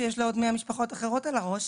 שיש לה עוד 100 משפחות שלמות על הראש,